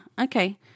Okay